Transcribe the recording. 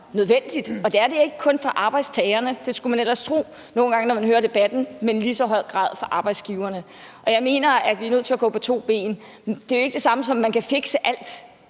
nødvendigt, og det er det ikke kun for arbejdstagerne – det skulle man ellers nogle gange tro, når man hører debatten – men i lige så høj grad for arbejdsgiverne, og jeg mener, at vi er nødt til at gå på to ben. Det er jo ikke det samme, som at man kan fikse alt